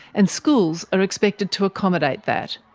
and schools are expected to accommodate that.